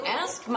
ask